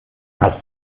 hast